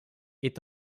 est